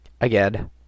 again